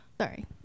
Sorry